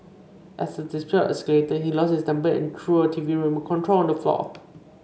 as the dispute escalated he lost his temper and threw a T V remote control on the floor